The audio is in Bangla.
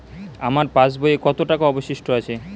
আমার পাশ বইয়ে কতো টাকা অবশিষ্ট আছে?